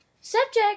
subject